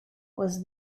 was